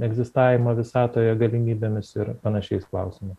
egzistavimo visatoje galimybėmis ir panašiais klausimais